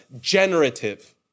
generative